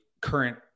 current